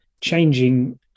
changing